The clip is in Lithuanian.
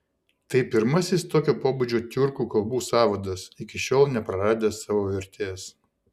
tai pirmasis tokio pobūdžio tiurkų kalbų sąvadas iki šiol nepraradęs savo vertės